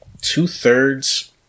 two-thirds